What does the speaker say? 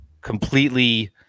completely